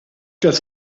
das